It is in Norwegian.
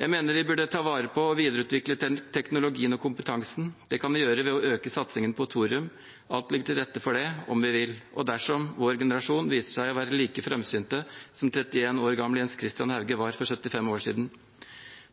Jeg mener vi bør ta vare på og videreutvikle den teknologien og kompetansen. Det kan vi gjøre ved å øke satsingen på thorium. Alt ligger til rette for det om vi vil – og dersom vår generasjon viser seg å være like framsynt som 31-år gamle Jens Christian Hauge var for 75 år siden.